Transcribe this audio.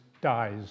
dies